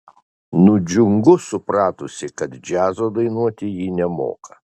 nudžiungu supratusi kad džiazo dainuoti ji nemoka